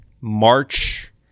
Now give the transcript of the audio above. March